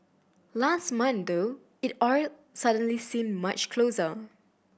last month though it all suddenly seemed much closer